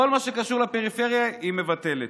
כל מה שקשור לפריפריה היא מבטלת.